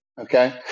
okay